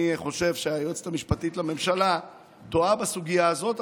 לכן אני חושב שהיועצת המשפטית לממשלה טועה בסוגיה הזאת,